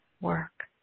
work